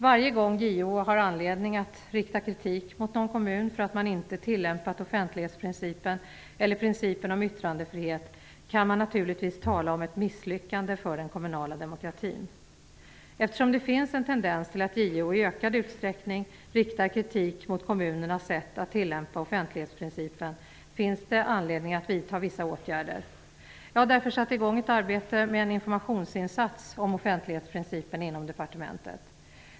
Varje gång JO har anledning att rikta kritik mot någon kommun för att man inte har tillämpat offentlighetsprincipen eller principen om yttrandefriheten, kan man naturligtvis tala om ett misslyckande för den kommunala demokratin. Eftersom det finns en tendens till att JO i ökad utsträckning riktar kritik mot kommunernas sätt att tillämpa offentlighetsprincipen, finns det anledning att vidta vissa åtgärder. Jag har därför satt i gång ett arbete med en informationsinsats om offentlighetsprincipen inom departementet.